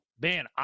man